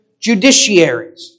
judiciaries